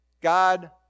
God